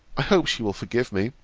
i hope she will forgive me,